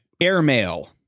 AirMail